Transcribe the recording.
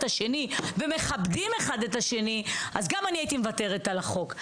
השני ומכבדים אחד את השני אז גם אני הייתי מוותרת על החוק,